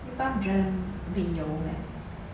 lip balm 觉得 a bit 油 leh